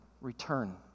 return